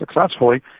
successfully